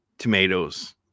Tomatoes